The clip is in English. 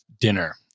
dinner